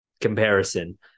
comparison